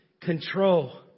control